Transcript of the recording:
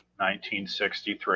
1963